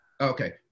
Okay